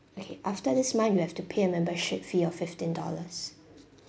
okay after this month you have to pay a membership fee of fifteen dollars